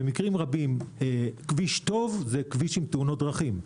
במקרים רבים, כביש טוב זה כביש עם תאונות דרכים.